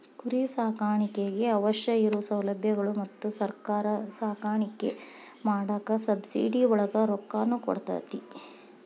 ಕುರಿ ಸಾಕಾಣಿಕೆಗೆ ಅವಶ್ಯ ಇರು ಸೌಲಬ್ಯಗಳು ಮತ್ತ ಸರ್ಕಾರಾ ಸಾಕಾಣಿಕೆ ಮಾಡಾಕ ಸಬ್ಸಿಡಿ ಒಳಗ ರೊಕ್ಕಾನು ಕೊಡತತಿ